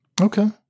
Okay